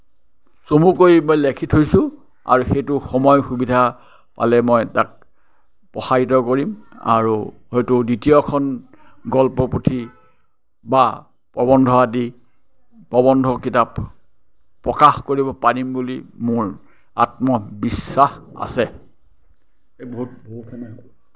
চমুকৈ মই লেখি থৈছোঁ আৰু সেইটো সময় সুবিধা পালে মই তাক প্ৰসাৰিত কৰিম আৰু হয়তু দ্বিতীয়খন গল্পপুথি বা প্ৰবন্ধ আদি প্ৰবন্ধ কিতাপ প্ৰকাশ কৰিব পাৰিম বুলি মোৰ আত্মবিশ্বাস আছে